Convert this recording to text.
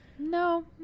no